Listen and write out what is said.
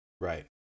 Right